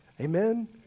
Amen